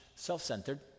Self-centered